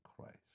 Christ